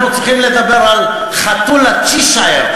אנחנו צריכים לדבר על חתול הצ'שייר,